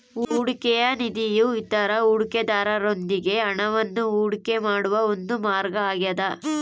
ಹೂಡಿಕೆಯ ನಿಧಿಯು ಇತರ ಹೂಡಿಕೆದಾರರೊಂದಿಗೆ ಹಣವನ್ನು ಹೂಡಿಕೆ ಮಾಡುವ ಒಂದು ಮಾರ್ಗ ಆಗ್ಯದ